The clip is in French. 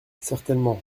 certainement